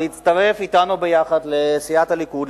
להצטרף אתנו יחד לסיעת הליכוד,